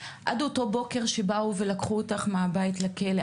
עד אותו בוקר שבאו ולקחו אותך מהבית לכלא,